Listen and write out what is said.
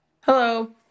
Hello